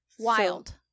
Wild